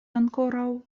ankoraŭ